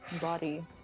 body